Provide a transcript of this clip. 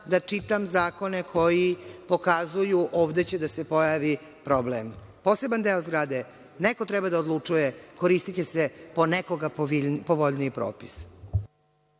da čitam zakone koji pokazuju ovde će da se pojavi problem. Poseban deo zgrade, neko treba da odlučuje, koristiće se po nekoga povoljniji propis.